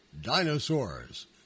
Dinosaurs